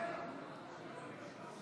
גם עבור היהודים.